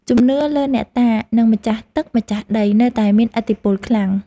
ជំនឿលើអ្នកតា និងម្ចាស់ទឹកម្ចាស់ដី នៅតែមានឥទ្ធិពលខ្លាំង។